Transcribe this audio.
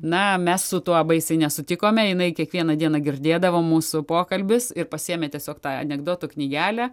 na mes su tuo baisiai nesutikome jinai kiekvieną dieną girdėdavo mūsų pokalbius ir pasiėmė tiesiog tą anekdotų knygelę